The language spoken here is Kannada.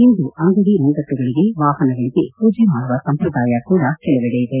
ಇಂದು ಅಂಗಡಿ ಮುಂಗಟ್ಟುಗಳಿಗೆ ವಾಹನಗಳಿಗೆ ಪೂಜೆ ಮಾಡುವ ಸಂಪ್ರದಾಯ ಕೂಡ ಕೆಲವೆಡೆ ಇದೆ